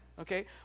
okay